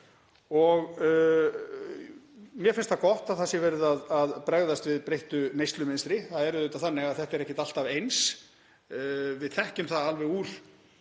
Mér finnst það gott að það sé verið að bregðast við breyttu neyslumynstri. Það er auðvitað þannig að þetta er ekkert alltaf eins. Við þekkjum það alveg úr